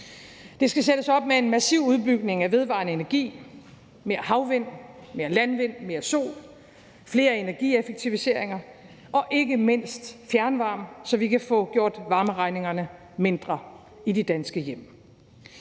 Det skal sættes op med en massiv udbygning af vedvarende energi: mere havvind, mere landvind, mere sol, flere energieffektiviseringer og ikke mindst fjernvarme, så vi kan få gjort varmeregningerne mindre i de danske hjem.